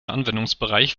anwendungsbereich